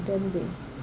don't be